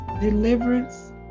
deliverance